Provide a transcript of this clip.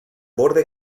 borde